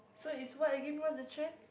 so is what again what is the trend